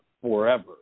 forever